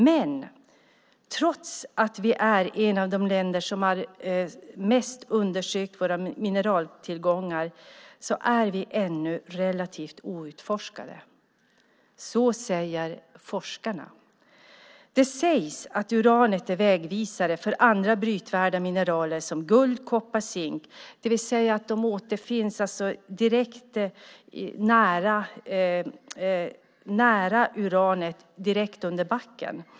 Men trots att vi är ett av de länder som mest har undersökt våra mineraltillgångar är Sverige ändå relativt outforskat. Så säger forskarna. Det sägs att uranet är vägvisare för andra brytvärda mineraler som guld, koppar och zink. Det vill säga att de återfinns nära uranet, direkt under backen.